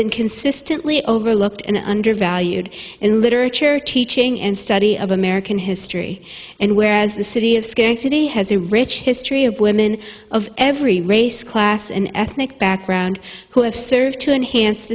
been consistently overlooked and under valued in literature teaching and study of american history and whereas the city of scarcity has a rich history of women of every race class and ethnic background who have served to enhance